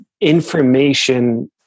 information